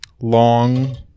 long